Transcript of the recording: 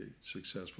successful